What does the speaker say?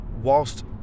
whilst